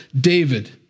David